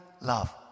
love